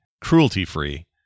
cruelty-free